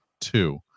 two